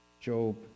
Job